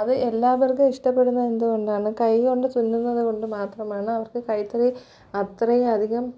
അത് എല്ലാവർക്കും ഇഷ്ടപ്പെടുന്ന എന്തുകൊണ്ടാണ് കൈകൊണ്ട് തുന്നുന്നതുകൊണ്ട് മാത്രമാണ് അവർക്ക് കൈത്തറി അത്രയും അധികം